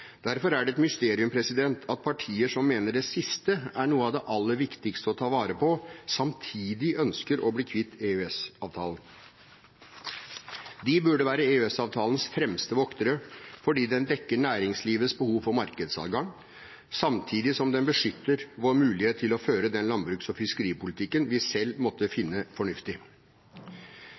Derfor er det et mysterium at partier som mener det siste er noe av det aller viktigste å ta vare på, samtidig ønsker å bli kvitt EØS-avtalen. De burde være EØS-avtalens fremste voktere fordi den dekker næringslivets behov for markedsadgang, samtidig som den beskytter vår mulighet til å føre den landbruks- og fiskeripolitikken vi selv måtte finne fornuftig.